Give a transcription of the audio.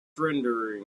rendering